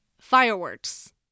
Fireworks